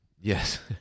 Yes